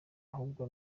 ahubwo